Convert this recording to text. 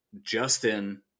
Justin